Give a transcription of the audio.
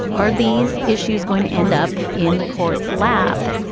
are these issues going to end up in the court's lap.